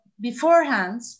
beforehand